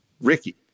Ricky